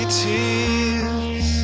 tears